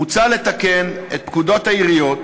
מוצע לתקן את פקודת העיריות